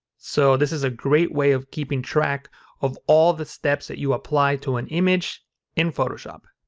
so, this is a great way of keeping track of all the steps that you applied to an image in photoshop.